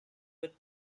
with